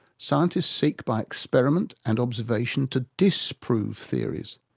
scientists seek, by experiment and observation, to disprove theories.